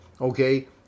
Okay